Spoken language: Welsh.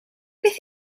beth